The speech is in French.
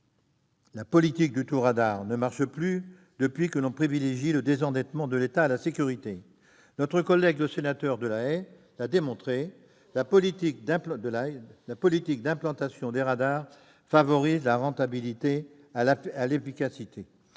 La politique du tout radar ne marche plus depuis qu'on privilégie le désendettement de l'État plutôt que la sécurité. Notre collègue Vincent Delahaye l'a démontré : la politique d'implantation des radars favorise la rentabilité au détriment